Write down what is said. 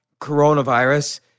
coronavirus